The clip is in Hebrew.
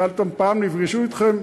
שאלתי אותם, פעם נפגשו אתכם?